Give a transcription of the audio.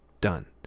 Done